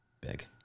big